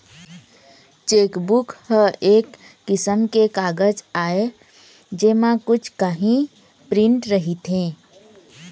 chequebook ह एक किसम के कागज आय जेमा कुछ काही प्रिंट रहिथे